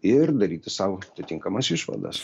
ir daryti sau atitinkamas išvadas